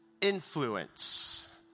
influence